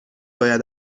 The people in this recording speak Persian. باید